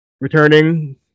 returning